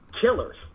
killers